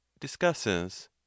discusses